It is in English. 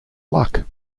luck